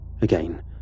Again